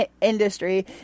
industry